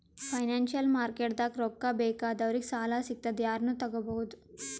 financial ಮಾರ್ಕೆಟ್ದಾಗ್ ರೊಕ್ಕಾ ಬೇಕಾದವ್ರಿಗ್ ಸಾಲ ಸಿಗ್ತದ್ ಯಾರನು ತಗೋಬಹುದ್